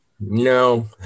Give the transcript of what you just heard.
No